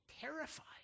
terrified